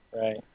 Right